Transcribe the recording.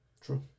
True